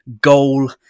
goal